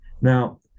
now